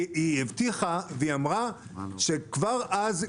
היא הבטיחה ואמרה שכבר אז,